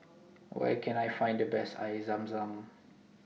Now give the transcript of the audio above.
Where Can I Find The Best Air Zam Zam